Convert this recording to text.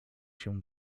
się